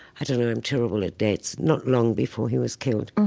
i don't know, i'm terrible at dates. not long before he was killed,